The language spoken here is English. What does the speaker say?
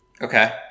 Okay